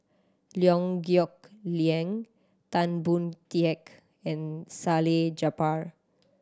Liew Geok Leong Tan Boon Teik and Salleh Japar